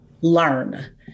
learn